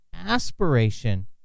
Aspiration